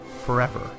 Forever